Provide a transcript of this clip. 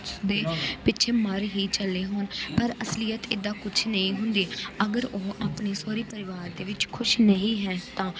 ਉਸਦੇ ਪਿੱਛੇ ਮਰ ਹੀ ਚੱਲੇ ਹੋਣ ਪਰ ਅਸਲੀਅਤ ਇੱਦਾਂ ਕੁਝ ਨਹੀਂ ਹੁੰਦੀ ਅਗਰ ਉਹ ਆਪਣੇ ਸਹੁਰੇ ਪਰਿਵਾਰ ਦੇ ਵਿੱਚ ਖੁਸ਼ ਨਹੀਂ ਹੈ ਤਾਂ